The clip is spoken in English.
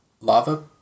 lava